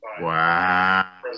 wow